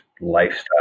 lifestyle